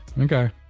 okay